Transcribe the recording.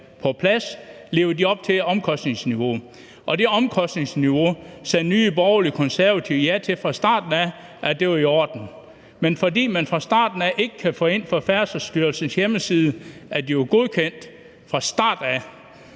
på plads: Lever de op til omkostningsniveauet? Og det omkostningsniveau sagde Nye Borgerlige og Konservative ja til fra starten af; at det var i orden. Men fordi man fra starten af ikke kunne få ind på Færdselsstyrelsens hjemmeside, at de var godkendt, så vil